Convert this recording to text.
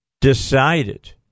decided